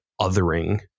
othering